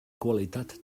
qualitat